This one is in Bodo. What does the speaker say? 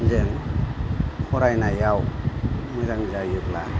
जों फरायनायाव मोजां जायोब्ला